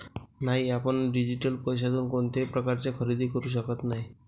नाही, आपण डिजिटल पैशातून कोणत्याही प्रकारचे खरेदी करू शकत नाही